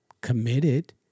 committed